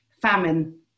famine